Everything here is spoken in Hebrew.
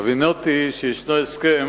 הבינותי שיש הסכם